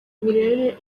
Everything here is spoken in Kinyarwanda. rero